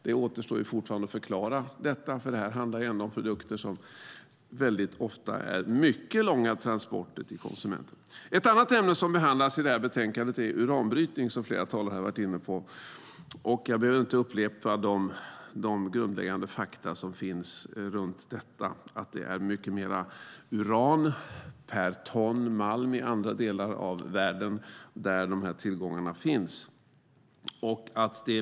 Det återstår fortfarande att förklara detta eftersom det ändå handlar om produkter som ofta har mycket långa transportvägar till konsumenterna. Ett annat ämne som behandlas i betänkandet är uranbrytning, som flera talare har varit inne på. Jag behöver inte upprepa de grundläggande fakta som finns om detta, att det finns mycket mer uran per ton malm i andra delar av världen där tillgångarna finns.